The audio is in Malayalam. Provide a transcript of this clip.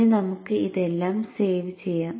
ഇനി നമുക്ക് ഇതെല്ലാം സേവ് ചെയ്യാം